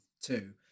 two